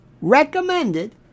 recommended